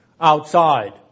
outside